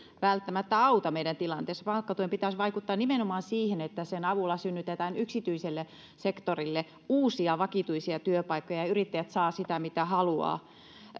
välttämättä auta meidän tilanteessamme palkkatuen pitäisi vaikuttaa nimenomaan siihen että sen avulla synnytetään yksityiselle sektorille uusia vakituisia työpaikkoja ja yrittäjät saavat sitä mitä haluavat